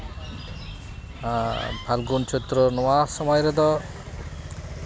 ᱯᱷᱟᱹᱜᱩᱱ ᱪᱳᱛᱨᱚ ᱱᱚᱣᱟ ᱥᱚᱢᱚᱭ ᱨᱮᱫᱚ